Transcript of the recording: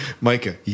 Micah